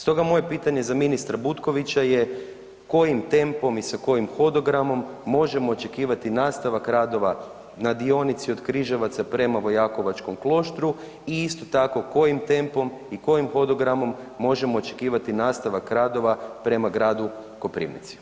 Stoga moje pitanje za ministra Butkovića je, kojim tempom i sa kojim hodogramom možemo očekivati nastavak radova na dionici od Križevaca prema Vojakovačkom Kloštru i isto tako, kojim tempom i kojim hodogramom možemo očekivati nastavak radova prema gradu Koprivnici.